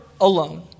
alone